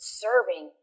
serving